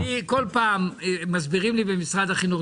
אני כל פעם מסבירים לי במשרד החינוך,